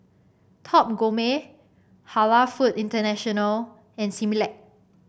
Top Gourmet Halal Food International and Similac